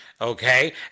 okay